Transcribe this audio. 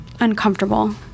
uncomfortable